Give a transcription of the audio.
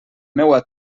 meua